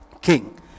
king